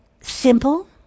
simple